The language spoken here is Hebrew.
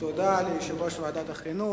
תודה ליושב-ראש ועדת החינוך.